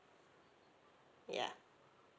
ya